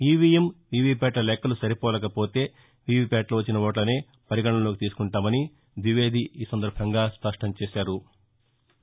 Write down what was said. EVM వీవీప్యాట్ల లెక్కలు సరిపోలకపోతే వీవీప్యాట్లో వచ్చిన ఓట్లనే పరిగణనలోనికి తీసుకుంటామని ద్వివేది ఈ సందర్భంగా స్పష్టంచేశారు